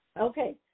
Okay